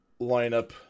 lineup